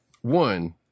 One